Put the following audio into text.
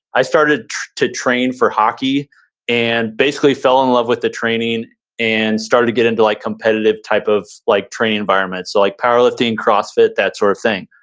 i started to train for hockey and basically fell in love with the training and started to get into like competitive type of like training environment, so like powerlifting, crossfit that sort of thing.